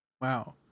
Wow